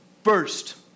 First